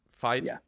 Fight